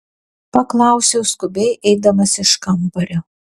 paklausiau skubiai eidamas iš kambario